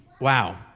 Wow